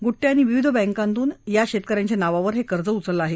गुड्डे यांनी विविध बँकातून या शेतकऱ्यांच्या नावावर हे कर्ज उचलले आहे